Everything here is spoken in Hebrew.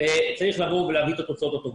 צריך לבוא ולהביא את התוצאות הטובות.